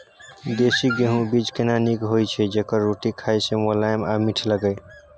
देसी गेहूँ बीज केना नीक होय छै जेकर रोटी खाय मे मुलायम आ मीठ लागय?